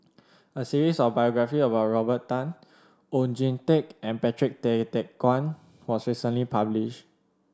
a series of biographies about Robert Tan Oon Jin Teik and Patrick Tay Teck Guan was recently publish